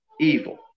evil